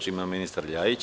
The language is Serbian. Reč ima ministar Ljajić.